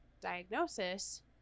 diagnosis